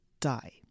die